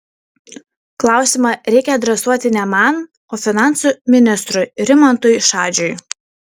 klausimą reikia adresuoti ne man o finansų ministrui rimantui šadžiui